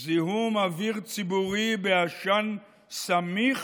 זיהום אוויר ציבורי בעשן סמיך.